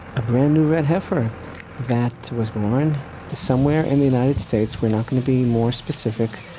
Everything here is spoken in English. a brand new red heifer that was born somewhere in the united states, we're not going to be more specific,